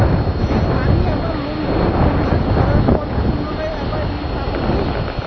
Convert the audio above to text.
আমি আমার লোন টুকু পরিশোধ করবার পর পুনরায় আবার ঋণ পাবো কি?